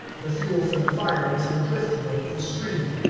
the fuel for the fire was the driftwood of the stream.